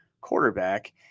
quarterback